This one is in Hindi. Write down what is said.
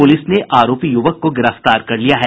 पुलिस ने आरोपी युवक को गिरफ्तार कर लिया है